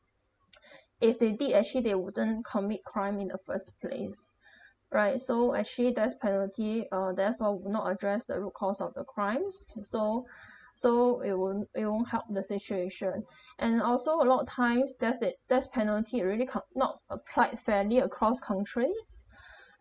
if they did actually they wouldn't commit crime in the first place right so actually death penalty uh therefore would not addressed the root cause of the crimes s~ so so it won't it won't help the situation and also a lot of times death it death penalty rarely can't not applied fairly across countries